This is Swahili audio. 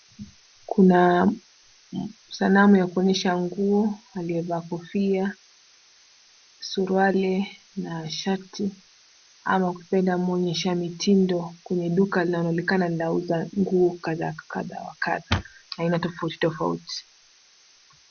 Kuna sanamu ya kuonyesha nguo iliyovaa kofia, suruale na shati ama ukipenda muonyesha mitindo kwenye duka linaonekana linauza nguo kadha wa kadha aina tofauti tofauti.